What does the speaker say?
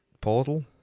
Portal